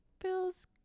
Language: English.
feels